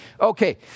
Okay